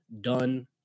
done